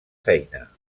feina